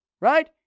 right